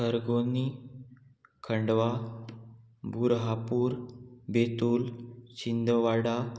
खरगोनी Khandwa Burhanpur Betul Chhindwara